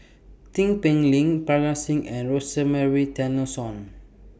Tin Pei Ling Parga Singh and Rosemary